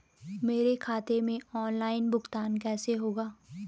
मेरे खाते में ऑनलाइन भुगतान कैसे होगा?